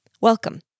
Welcome